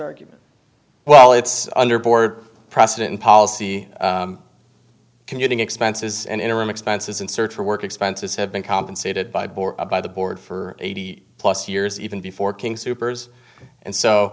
argument well it's under board president policy commuting expenses and interim expenses and search for work expenses have been compensated by board by the board for eighty plus years even before king soopers and so